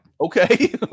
Okay